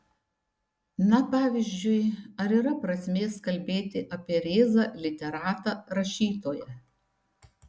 na pavyzdžiui ar yra prasmės kalbėti apie rėzą literatą rašytoją